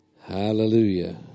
Hallelujah